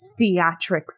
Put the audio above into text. theatrics